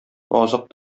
азык